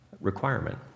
requirement